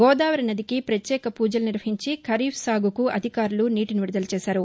గోదావరికి ప్రత్యేక పూజలు నిర్వహించి ఖరీఫ్ సాగుకు అధికారులు నీటిని విడుదల చేశారు